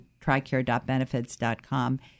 tricare.benefits.com